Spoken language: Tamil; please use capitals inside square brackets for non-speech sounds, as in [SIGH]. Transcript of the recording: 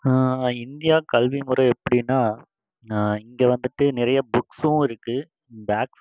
இந்தியா கல்வி முறை எப்படினா இங்கே வந்துட்டு நிறைய புக்ஸும் இருக்குது [UNINTELLIGIBLE]